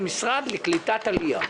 בקשה מס' 29-014 אושרה.